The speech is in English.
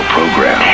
Program